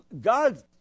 God